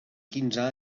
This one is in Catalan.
quinze